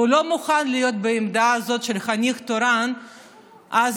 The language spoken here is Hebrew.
והוא לא מוכן להיות בעמדה הזאת של חניך תורן אז,